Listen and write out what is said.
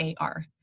AR